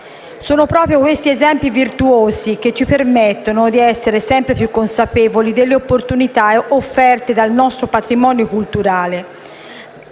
Sono proprio questi esempi virtuosi che ci permettono di essere sempre più consapevoli delle opportunità offerte dal nostro patrimonio culturale